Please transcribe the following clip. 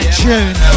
tune